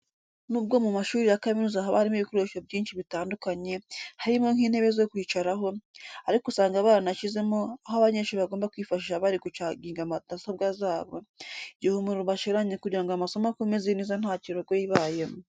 Nubwo mu mashuri ya kaminuza haba harimo ibikoresho byinshi bitandukanye, harimo nk'intebe zo kwicaraho, ariko usanga baranashyizemo aho abanyeshuri bagomba kwifashisha bari gucaginga mudasobwa zabo igihe umuriro ubashiranye kugira amasomo akomeze neza nta kirogoya ibayemo.